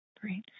Great